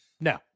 No